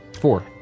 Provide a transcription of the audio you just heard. four